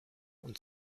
und